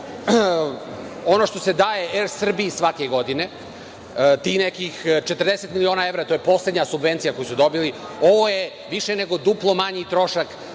ono što se daje Er Srbiji svake godine tih nekih 40 miliona evra, a to je posebna subvencija koju su dobili, ovo je više nego duplo manji trošak